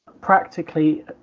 Practically